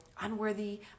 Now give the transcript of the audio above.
unworthy